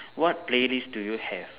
what play lists do you have